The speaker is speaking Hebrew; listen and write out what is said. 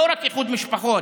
לא רק איחוד משפחות,